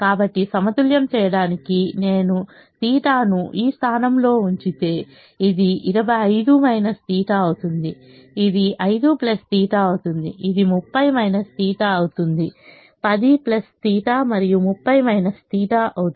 కాబట్టి సమతుల్యం చేయడానికి నేను θ ను ఈ స్థానంలో ఉంచితే ఇది 25 θ అవుతుంది ఇది 5 θ అవుతుంది ఇది 30 θ 10 θ మరియు 30 θ అవుతాయి